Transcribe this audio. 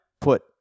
put